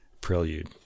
Prelude